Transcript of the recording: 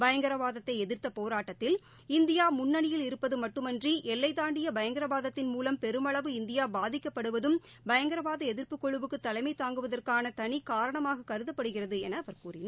பயங்கரவாதத்தை எதிர்த்த போராட்டத்தில் இந்தியா முன்னணியில் இருப்பது மட்டுமன்றி எல்லை தாண்டிய பயங்கரவாதத்தின் மூலம் பெருமளவு இந்தியா பாதிக்கப்படுவதும் பயங்கரவாத எதிர்ப்பு குழுவுக்கு தலைமை தாங்குவதற்கான தனி காரணமாக கருதப்படுகிறது என அவர் கூறினார்